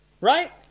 Right